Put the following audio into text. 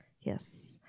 Yes